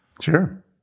Sure